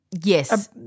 yes